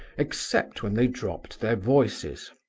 except when they dropped their voices.